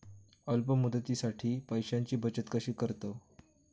अल्प मुदतीसाठी पैशांची बचत कशी करतलव?